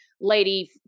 lady